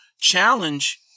Challenge